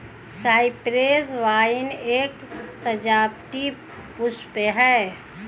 Cyprus vine एक सजावटी पुष्प है